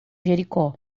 jericó